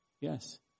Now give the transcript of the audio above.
Yes